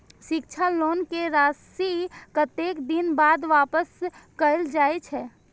शिक्षा लोन के राशी कतेक दिन बाद वापस कायल जाय छै?